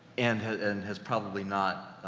and has, and has probably not,